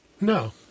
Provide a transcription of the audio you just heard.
no